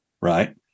right